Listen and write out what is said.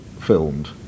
filmed